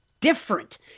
different